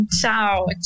ciao